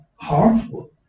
harmful